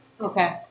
Okay